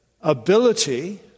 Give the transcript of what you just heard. ability